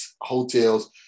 hotels